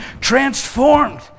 transformed